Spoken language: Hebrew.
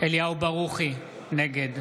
אליהו ברוכי, נגד